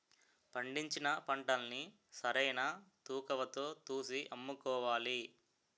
పండించిన పంటల్ని సరైన తూకవతో తూసి అమ్ముకోవాలి